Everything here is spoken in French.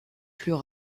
plus